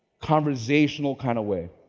conversational kind of way.